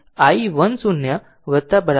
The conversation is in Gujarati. તેથી i 1 0 0 એમ્પીયર